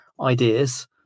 ideas